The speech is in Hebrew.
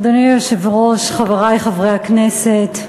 אדוני היושב-ראש, חברי חברי הכנסת,